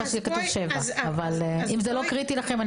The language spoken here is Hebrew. שיהיה כתוב 7. אם זה לא קריטי לכם,